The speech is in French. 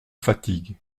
fatigue